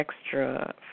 extra